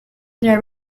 their